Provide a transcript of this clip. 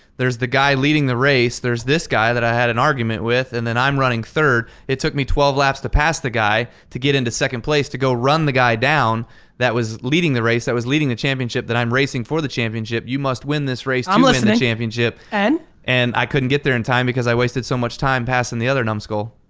there's the guy leading the race, there's this guy that i had an argument with, and then i'm running third. it took me twelve laps to pass the guy to get into second place to go run the guy down that was leading the race that was leading the championship that i'm racing for the championship. you must win this race um like to win the championship. and? and i couldn't get there in time, because i wasted so much time passing and the other numbskull.